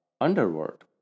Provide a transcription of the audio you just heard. Underworld